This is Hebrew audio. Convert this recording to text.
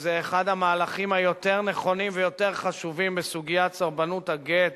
שזה אחד המהלכים היותר-נכונים ויותר-חשובים בסוגיית סרבנות הגט